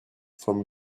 from